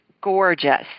gorgeous